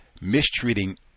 mistreating